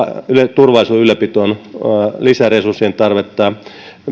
turvallisuuden ylläpitoon lisäresurssien tarvetta